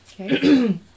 Okay